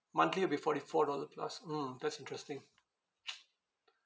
monthly will be forty four dollar plus mm that's interesting